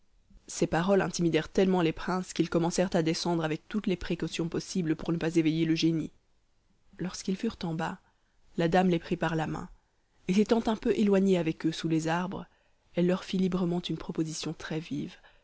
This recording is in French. ces paroles intimidèrent tellement les princes qu'ils commencèrent à descendre avec toutes les précautions possibles pour ne pas éveiller le génie lorsqu'ils furent en bas la dame les prit par la main et s'étant un peu éloignée avec eux sous les arbres elle leur fit librement une proposition très vive ils